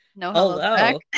Hello